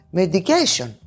medication